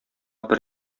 бер